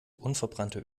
unverbrannte